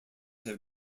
have